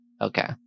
okay